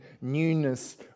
newness